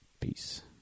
peace